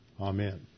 Amen